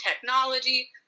technology